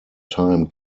time